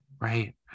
Right